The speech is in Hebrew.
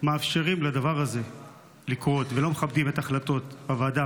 מאפשרים לדבר הזה לקרות ולא מכבדים את החלטות הוועדה,